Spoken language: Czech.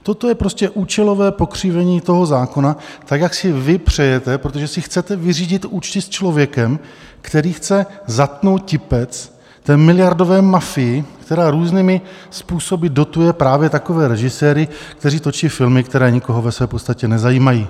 Toto je prostě účelové pokřivení toho zákona, tak jak si vy přejete, protože si chcete vyřídit účty s člověkem, který chce zatnout tipec té miliardové mafii, která různými způsoby dotuje právě takové režiséry, kteří točí filmy, které nikoho ve své podstatě nezajímají.